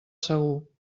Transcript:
segur